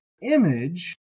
image